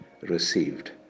received